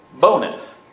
bonus